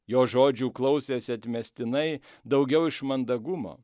jo žodžių klausėsi atmestinai daugiau iš mandagumo